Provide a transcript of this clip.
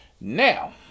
now